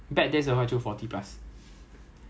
don't try to chap any queue